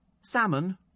salmon